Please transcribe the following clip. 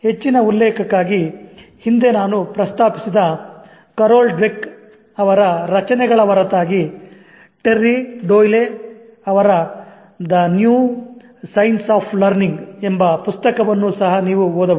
ಹೆಚ್ಚಿನ ಉಲ್ಲೇಖಕ್ಕಾಗಿ ಹಿಂದೆ ನಾನು ಪ್ರಸ್ತಾಪಿಸಿದ Carol dweck ಅವರ ರಚನೆಗಳ ಹೊರತಾಗಿ Terry Doyle ಅವರ "the new science of learning" ಎಂಬ ಪುಸ್ತಕವನ್ನು ಸಹ ನೀವು ಓದಬಹುದು